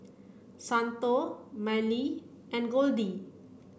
Santo Mylee and Goldie